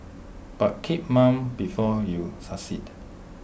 but keep mum before you succeed